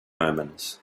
omens